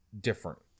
different